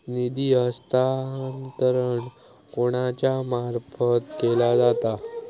निधी हस्तांतरण कोणाच्या मार्फत केला जाता?